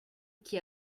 qui